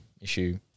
issue